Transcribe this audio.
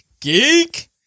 Geek